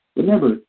Remember